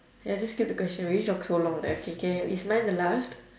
ya just skip the question we already talk so long right K K is mine the last